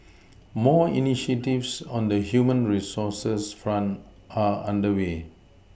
more initiatives on the human resources front are under way